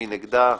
מי נגדה?